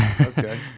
Okay